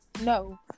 no